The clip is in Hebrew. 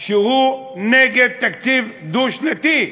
שהוא נגד תקציב דו-שנתי,